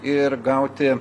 ir gauti